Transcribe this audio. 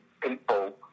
people